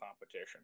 Competition